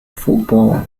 football